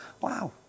Wow